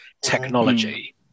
technology